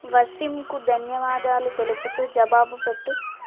వసీంకు ధన్యవాదాలు తెలుపుతూ జవాబు పెట్టు